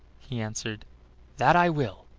he answered that i will.